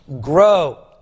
Grow